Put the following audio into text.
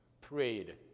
prayed